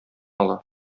ала